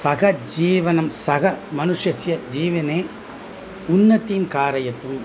सहजीवनं सह मनुष्यस्य जीवने उन्नतिं कारयितुं